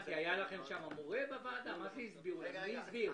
מי הסביר?